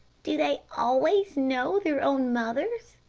do they always know their own mothers?